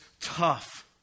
tough